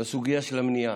לא אקטיבית בסוגיה של המניעה